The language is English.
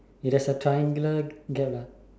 ya there's a triangular gap lah